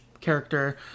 character